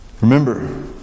Remember